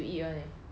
ya lah I mean